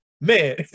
Man